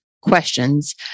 questions